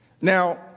Now